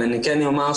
אני כן אומר,